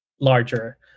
larger